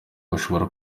bashobora